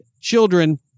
children